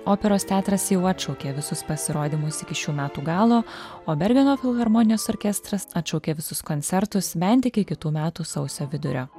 operos teatras jau atšaukė visus pasirodymus iki šių metų galo o bergeno filharmonijos orkestras atšaukė visus koncertus bent iki kitų metų sausio vidurio